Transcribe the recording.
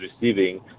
receiving